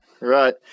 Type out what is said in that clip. Right